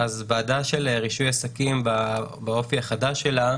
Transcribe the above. ועדה של רישוי עסקים באופי החדש שלה,